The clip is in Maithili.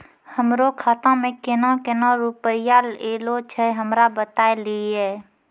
हमरो खाता मे केना केना रुपैया ऐलो छै? हमरा बताय लियै?